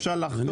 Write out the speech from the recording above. אפשר לחתום?